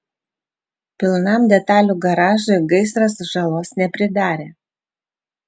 pilnam detalių garažui gaisras žalos nepridarė